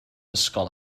ysgol